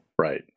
Right